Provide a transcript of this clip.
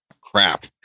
crap